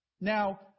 Now